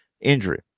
injury